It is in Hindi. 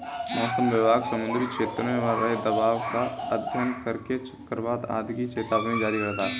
मौसम विभाग समुद्री क्षेत्र में बन रहे दबाव का अध्ययन करके चक्रवात आदि की चेतावनी जारी करता है